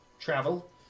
travel